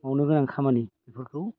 मावनो गोनां खामानि बेफोरखौ